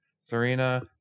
serena